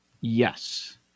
Yes